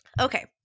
Okay